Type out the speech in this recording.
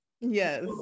yes